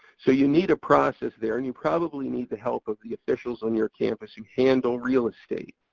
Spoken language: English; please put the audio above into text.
so you need a process there and you probably need the help of the officials on your campus who handle real estate.